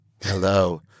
Hello